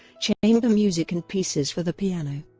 chamber music and pieces for the piano.